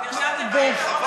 מירב, נרשמת לפרויקט עמונה-צפון?